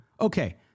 Okay